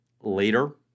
later